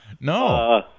No